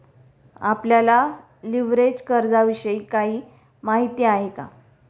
आपल्याला लिव्हरेज कर्जाविषयी काही माहिती आहे का?